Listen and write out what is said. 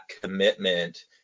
commitment